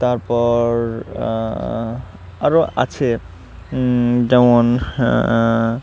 তারপর আরও আছে যেমন